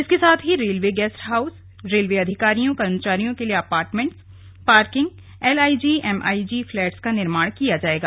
इसके साथ ही रेलवे गेस्ट हाउस रेलवे अधिकारियों कर्मचारियों के लिए apartment parking LIG MIG flats का निर्माण किया जाएगा